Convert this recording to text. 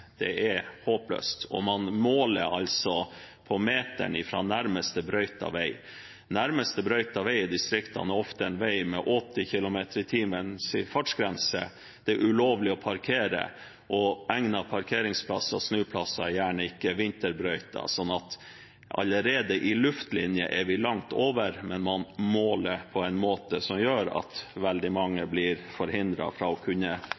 strengt, er håpløst. Man måler altså på meteren fra nærmeste brøytede vei. Nærmeste brøytede vei i distriktene er ofte en vei med en fartsgrense på 80 km/t. Det er ulovlig å parkere, og egnede parkeringsplasser og snuplasser er gjerne ikke vinterbrøytet, så allerede i luftlinje er vi langt over, men man måler på en måte som gjør at veldig mange blir forhindret fra å kunne